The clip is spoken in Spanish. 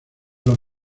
los